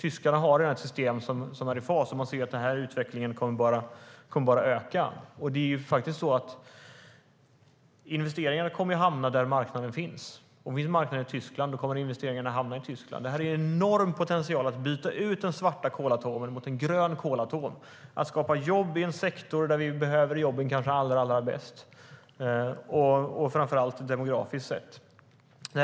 Tyskarna har redan ett system som är i fas, och man ser att den utvecklingen bara kommer att öka. Investeringarna kommer att hamna där marknaden finns. Finns marknaden i Tyskland kommer investeringarna att hamna i Tyskland.Det finns en enorm potential i att byta ut den svarta kolatomen mot en grön kolatom och skapa jobb i en sektor där vi kanske behöver jobben allra bäst framför allt demografiskt sett.